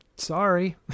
Sorry